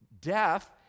death